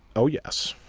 oh yes.